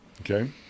Okay